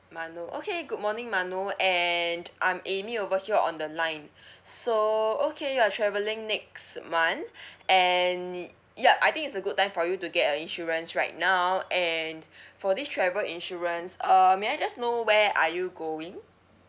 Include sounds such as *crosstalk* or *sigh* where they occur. manur okay good morning manur and I'm amy over here on the line *breath* so okay you're travelling next month *breath* and ya I think it's a good time for you to get a insurance right now and *breath* for this travel insurance uh may I just know where are you going